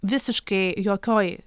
visiškai jokioj